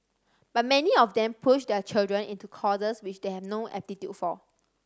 but many of them push their children into courses which they have no aptitude for